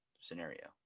scenario